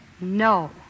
No